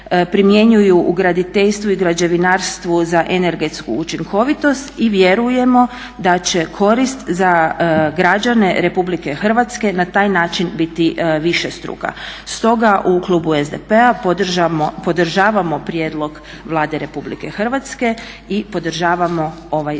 primjenjuju u graditeljstvu i građevinarstvu za energetsku učinkovitost. I vjerujemo da će korist za građane RH na taj način biti višestruka. Stoga u klubu SDP-a podržavamo prijedlog Vlade Republike Hrvatske i podržavamo ovaj zakon.